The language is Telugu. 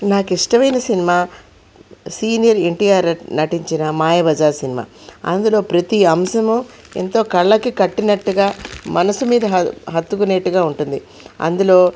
నాకు ఇష్టమైన సినిమా సీనియర్ ఎన్టీఆర్ నటించిన మాయాబజార్ సినిమా అందులో ప్రతి అంశం ఎంతో కళ్ళకి కట్టునట్టుగా మనస్సు మీద హత్తుకునేట్టుగా ఉంటుంది అందులో